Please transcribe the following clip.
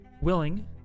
willing